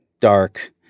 dark